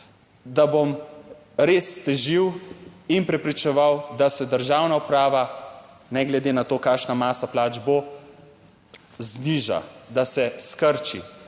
da bom res težil in prepričeval, da se državna uprava ne glede na to kakšna masa plač bo, zniža, da se skrči,